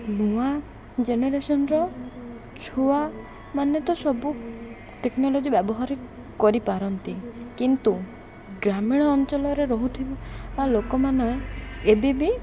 ନୂଆ ଜେନେରେସନ୍ର ଛୁଆମାନେ ତ ସବୁ ଟେକ୍ନୋଲୋଜି ବ୍ୟବହାର କରିପାରନ୍ତି କିନ୍ତୁ ଗ୍ରାମୀଣ ଅଞ୍ଚଳରେ ରହୁଥିବା ଲୋକମାନେ ଏବେ ବିି